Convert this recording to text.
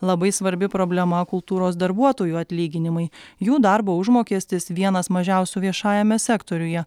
labai svarbi problema kultūros darbuotojų atlyginimai jų darbo užmokestis vienas mažiausių viešajame sektoriuje